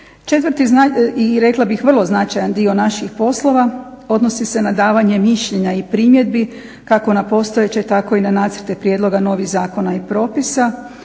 Četvrti, i rekla bih vrlo značajan dio naših poslova odnosi se na davanje mišljenja i primjedbi, kako na postojeće tako i na nacrte prijedloga novih zakona i propisa